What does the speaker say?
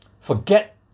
Forget